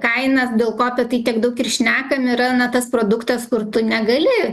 kaina dėl ko apie tai tiek daug ir šnekam yra na tas produktas kur tu negali